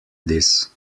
this